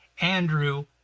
Andrew